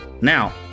Now